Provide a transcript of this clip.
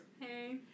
Hey